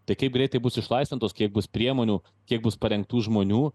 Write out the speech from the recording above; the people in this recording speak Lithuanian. tai kaip greitai bus išlaisvintos kiek bus priemonių kiek bus parengtų žmonių